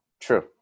True